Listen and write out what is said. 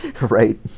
right